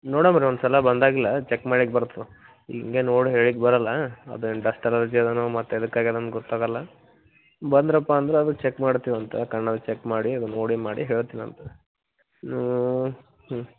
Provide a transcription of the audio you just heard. ನೋಡನ್ ಬರ್ರಿ ಒನ್ಸಲ ಬಂದಾಗ್ಲಾ ಚೆಕ್ ಮಾಡಕ್ ಬರತ್ ಹಿಂಗ ನೋಡ್ ಹೇಳಿಕ್ ಬರಲ್ಲಾ ಅದೇನ್ ಡಸ್ಟ್ ಅಲರ್ಜಿ ಮತ್ ಯದಕ್ ಆಗ್ಯದಂತ್ ಗೊತ್ತಾಗಲ್ಲ ಬಂದ್ರಪ್ಪ ಅಂದ್ರೆ ಅದನ್ನ ಚಕ್ ಮಾಡ್ತೀವಂತ ಕಣ್ಣನ್ನ ಚಕ್ ಮಾಡಿ ಅದನ್ನ ನೋಡಿ ಮಾಡಿ ಹೇಳ್ತಿವಂತೆ ಹ್ಞೂ